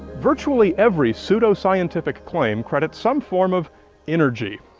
virtually every pseudoscientific claim credits some form of energy.